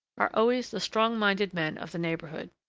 are always the strong-minded men of the neighborhood.